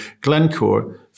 Glencore